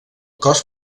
cos